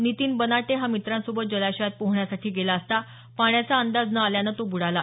नितीन बनाटे हा मित्रांसोबत जलाशयात पोहोण्यासाठी गेला असता पाण्याचा अंदाज न आल्यानं तो बुडाला